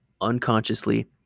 unconsciously